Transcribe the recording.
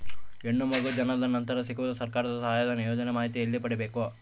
ಹೆಣ್ಣು ಮಗು ಜನನ ನಂತರ ಸಿಗುವ ಸರ್ಕಾರದ ಸಹಾಯಧನ ಯೋಜನೆ ಮಾಹಿತಿ ಎಲ್ಲಿ ಪಡೆಯಬೇಕು?